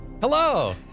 Hello